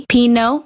Pino